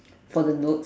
for the notes